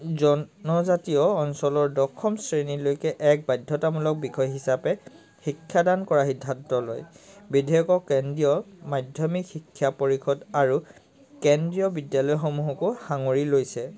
জনজাতীয় অঞ্চলৰ দশম শ্ৰেণীলৈকে এক বাধ্যতামূলক বিষয় হিচাপে শিক্ষাদান কৰা সিদ্ধান্ত লয় বিধেয়কক কেন্দ্ৰীয় মাধ্যমিক শিক্ষা পৰিষদ আৰু কেন্দ্ৰীয় বিদ্যালয়সমূহকো সাঙুৰি লৈছে